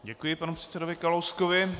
Děkuji panu předsedovi Kalouskovi.